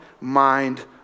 mind